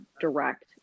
direct